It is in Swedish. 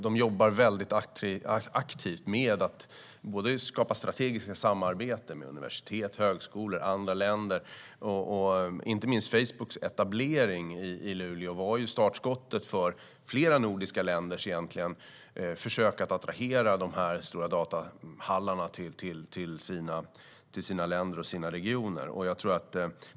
Man jobbar väldigt aktivt med att skapa strategiska samarbeten med universitet och högskolor och med andra länder. Facebooks etablering i Luleå var egentligen startskottet för flera nordiska länders försök att attrahera dessa stora datahallar till sina länder och sina regioner.